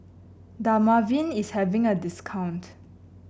Dermaveen is having a discount